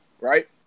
right